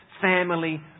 family